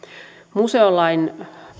museolain